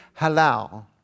halal